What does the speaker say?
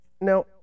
Now